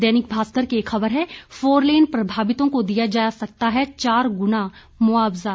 दैनिक भास्कर की एक खबर है फोरलेन प्रभावितों को दिया जा सकता है चार गुना मुआवजा